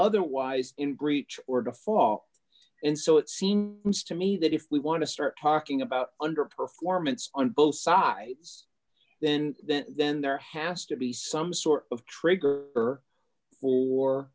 otherwise in breach or to fall in so it seems to me that if we want to start talking about under performance on both sides then that then there has to be some sort of trigger for